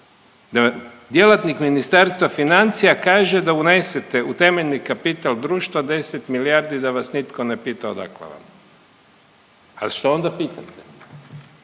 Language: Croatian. djelatnik Ministarstva financija kaže da unesete u temeljni kapital društva 10 milijardi, da vas nitko ne pita odakle vam. A što onda pitate?